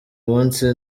munsi